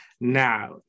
Now